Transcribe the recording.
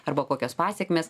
arba kokios pasekmės